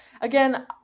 again